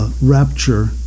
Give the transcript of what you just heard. rapture